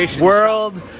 World